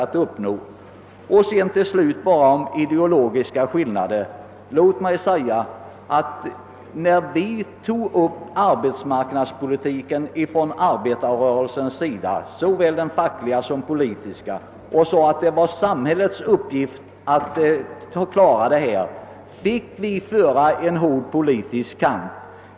Beträffande den ideologiska skillnaden vill jag säga att när vi inom såväl den fackliga som den politiska arbetarrörelsen tog upp de arbetsmarknadspolitiska frågorna och sade att det var samhällets uppgift att lösa problemen fick vi föra en hård politisk kamp.